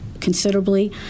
considerably